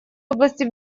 области